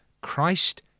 Christ